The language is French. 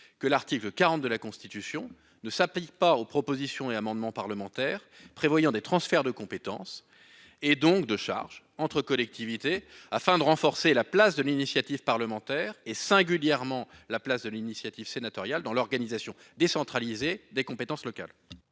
que l'article 40 de la Constitution ne s'applique pas aux propositions et amendements parlementaires prévoyant des transferts de compétence et donc de charges entre collectivités afin de renforcer la place de l'initiative parlementaire et singulièrement la place de l'initiative sénatoriale dans l'organisation décentralisée des compétences locales.